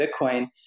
Bitcoin